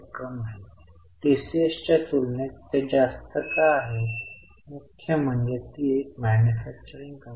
वास्तविक देय दिले आहे की नाही हे आपल्याला माहित नाही परंतु बरेचसे पी आणि एल मध्ये कर आकारला गेला